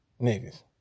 niggas